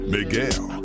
Miguel